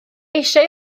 eisiau